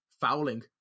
fouling